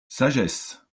sagesse